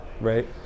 right